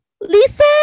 Lisa